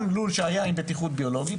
גם לול שהיה עם בטיחות ביולוגית,